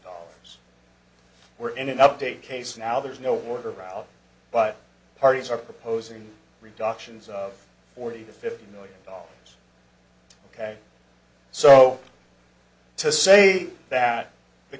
dollars were in an update case now there's no work out but parties are proposing reductions of forty to fifty million dollars ok so to say that the